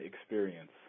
experience